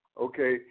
okay